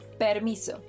permiso